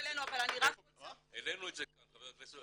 העלינו את זה כאן, חבר הכנסת.